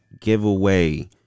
giveaway